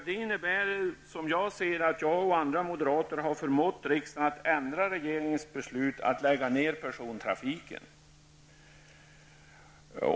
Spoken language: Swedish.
Det innebär som jag ser det att jag och andra moderater har förmått riksdagen ändra regeringens beslut att lägga ned persontrafiken.